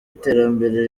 iterambere